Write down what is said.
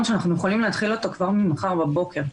שאנחנו יכולים להתחיל אותו כבר ממחר בבוקר.